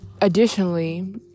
additionally